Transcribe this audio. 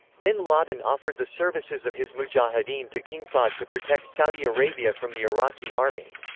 bin laden offered the services of his mujahideen to king fahd to protect saudi arabia from the iraqi army.